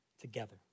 together